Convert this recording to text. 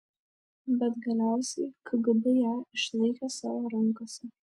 bet galiausiai kgb ją išlaikė savo rankose